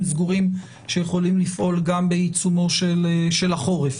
סגורים שיכולים לפעול גם בעיצומו של החורף.